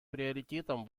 приоритетом